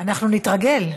אנחנו נתרגל.